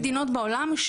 מדינות בעולם,